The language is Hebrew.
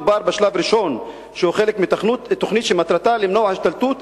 מדובר בשלב ראשון שהוא חלק מתוכנית שמטרתה למנוע השתלטות